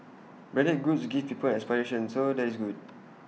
branded goods give people an aspiration so that is good